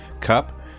Cup